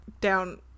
down